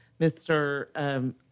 Mr